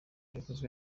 bikozwe